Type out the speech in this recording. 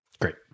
Great